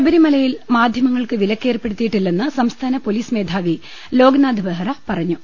ശബരിമലയിൽ മാധ്യമങ്ങൾക്ക് വിലക്ക് ഏർപ്പെടു ത്തിയിട്ടില്ലെന്ന് സംസ്ഥാന പൊലീസ് മേധാവി ലോക്നാഥ് ബെഹ്റ പറഞ്ഞു